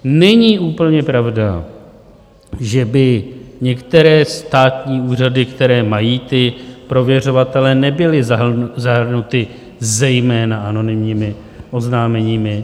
Není úplně pravda, že by některé státní úřady, které mají ty prověřovatele, nebyly zahrnuty zejména anonymními oznámeními.